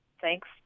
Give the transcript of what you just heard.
thanks